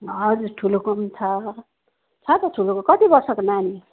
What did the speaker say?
हजुर ठुलोको छ छ त ठुलो कति वर्षको नानी